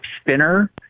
spinner